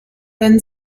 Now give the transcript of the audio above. then